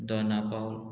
Dona Paula